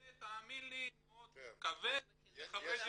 זה תאמין לי מאוד כבד לחברי הדירקטוריון.